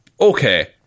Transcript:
Okay